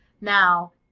Now